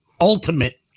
ultimate